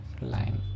line